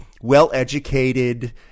well-educated